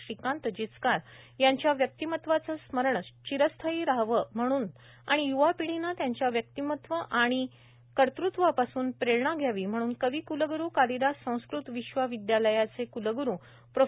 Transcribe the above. श्रीकांत जिचकार यांच्या व्यक्तिमत्त्वाचे स्मरण चिरस्थायी राहावे आणि य्वापिढीने त्यांच्या व्यक्तित्व आणि कर्तत्वापासून प्रेरणा घ्यावी म्हणून कविकुलगुरू कालिदास संस्कृत विश्वविद्यालयाचे क्लग्रू प्रो